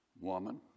Woman